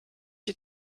die